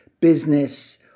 business